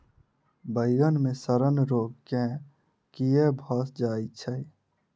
बइगन मे सड़न रोग केँ कीए भऽ जाय छै?